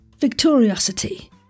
Victoriosity